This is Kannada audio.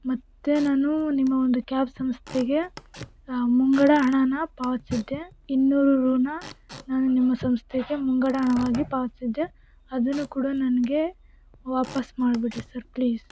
ಮತ್ತು ನಾನು ನಿಮ್ಮ ಒಂದು ಕ್ಯಾಬ್ ಸಂಸ್ಥೆಗೆ ಮುಂಗಡ ಹಣನ ಪಾವತಿಸಿದ್ದೆ ಇನ್ನೂರು ರೂನ ನಾನು ನಿಮ್ಮ ಸಂಸ್ಥೆಗೆ ಮುಂಗಡ ಹಣವಾಗಿ ಪಾವತಿಸಿದ್ದೆ ಅದನ್ನು ಕೂಡ ನನಗೆ ವಾಪಸ್ ಮಾಡಿಬಿಡಿ ಸರ್ ಪ್ಲೀಸ್